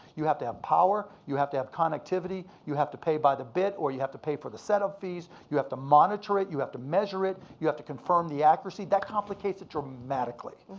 you have to have power, you have to have connectivity, you have to pay by the bit or ya have to pay for the setup fees, you have to monitor it, you have to measure it, you have to confirm the accuracy. that complicates it dramatically.